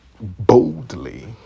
boldly